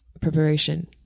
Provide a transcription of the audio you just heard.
preparation